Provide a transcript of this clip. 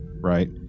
right